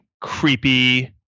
creepy